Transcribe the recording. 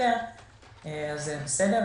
זה בסדר,